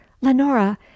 lenora